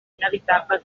inevitable